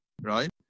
right